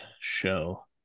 show